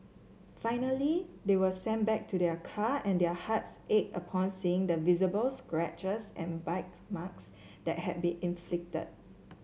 finally they were sent back to their car and their hearts ached upon seeing the visible scratches and bite marks that had been inflicted